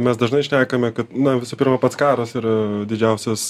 mes dažnai šnekame kad na visų pirma pats karas yra didžiausias